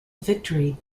victory